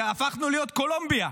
שהפכנו להיות קולומביה.